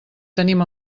tenim